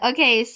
Okay